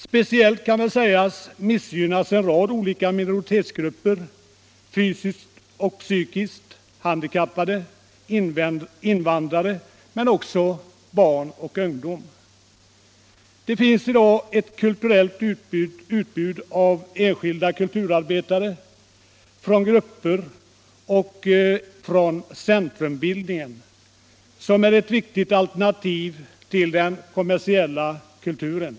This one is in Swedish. Speciellt missgynnas en rad olika minoritetsgrupper — fysiskt och psykiskt handikappade samt invandrare - men också barn och ungdom. Det finns i dag ett kulturellt utbud av enskilda kulturarbetare, från fria grupper och från centrumbildningar, som är ett viktigt alternativ till den kommersiella kulturen.